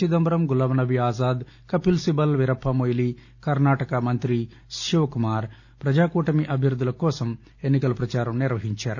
చిదంబరం గులాంనబీ ఆజాద్ కపిల్ సిబల్ వీరప్ప మొయిలీ కర్ణాటక మంత్రి శివకుమార్ ప్రజాకూటమి అభ్యర్థుల కోసం ఎన్ని కల ప్రచారం నిర్వహించారు